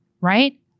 Right